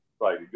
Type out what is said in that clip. right